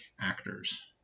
actors